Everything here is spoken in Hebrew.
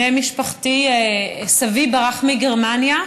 סבי ברח מגרמניה,